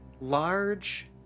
large